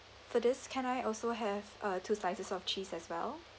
for this can I also have uh two slices of cheese as well